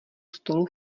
stolu